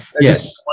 Yes